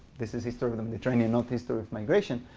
this is history of of the mediterranean, not history of migration.